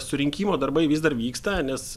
surinkimo darbai vis dar vyksta nes